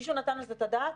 מישהו נתן על זה את הדעת?